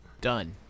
Done